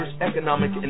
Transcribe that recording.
economic